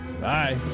Bye